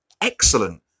excellent